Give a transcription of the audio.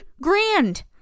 grand